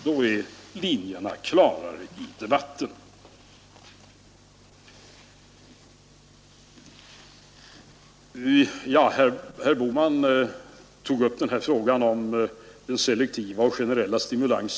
Då är linjerna klarare i debatten. Sedan tog herr Bohman upp frågan om selektiv eller generell stimulans.